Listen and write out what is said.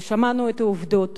ושמענו את העובדות.